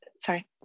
Sorry